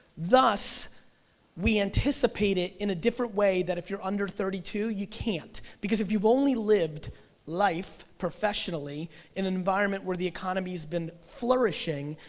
thus we anticipate it in a different way that if you're under thirty two, you can't, because if you've only lived life professionally in an environment where the economy has been flourishing,